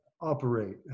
operate